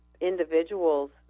individuals